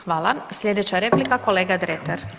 Hvala, slijedeća replika kolega Dretar.